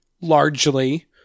largely